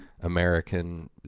American